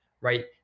Right